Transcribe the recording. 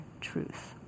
truth